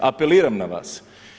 Apeliram na vas.